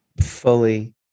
fully